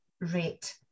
Rate